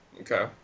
okay